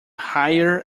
higher